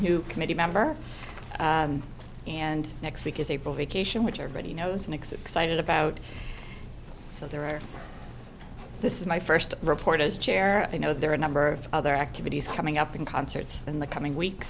new committee member and next week is april vacation which everybody knows next excited about so there this is my first report as chair i know there are a number of other activities coming up in concerts in the coming week